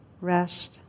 rest